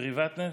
פרי בטן?"